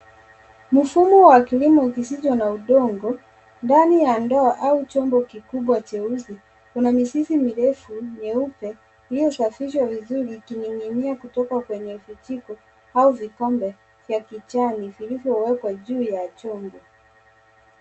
Mfumo wakilimo kisicho na udongo ndani ya ndoo au chombo kikupwa jeusi Una mizizi mirefu nyeupe iliosafishwa vizuri ikininginia kutoka kwenye vijiko au vikombe vya kijani vilvyowekwa juu ya chombo.